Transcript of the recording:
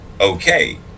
okay